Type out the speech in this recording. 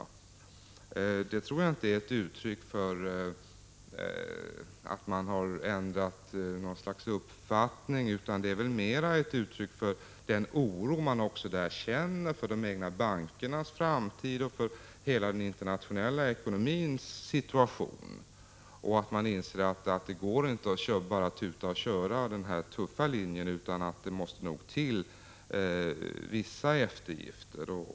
Dessa anpassningar tror jag inte är ett uttryck för att USA har ändrat uppfattning, utan de är väl mer ett uttryck för den oro man i USA känner för de egna bankernas framtid och för hela den internationella ekonomins situation. Man inser att det inte går att bara tuta och köra, följa den tuffa linjen, utan att det måste till vissa eftergifter.